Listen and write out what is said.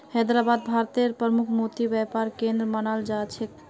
हैदराबादक भारतेर प्रमुख मोती व्यापार केंद्र मानाल जा छेक